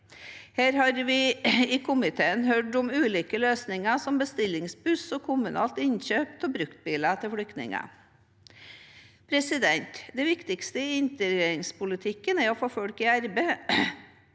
Her har vi i komiteen hørt om ulike løsninger, som bestillingsbuss og kommunalt innkjøp av bruktbiler til flyktninger. Det viktigste i integreringspolitikken er å få folk i arbeid,